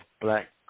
black